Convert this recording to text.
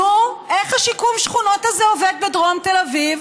נו, איך השיקום שכונות הזה עובד בדרום תל אביב?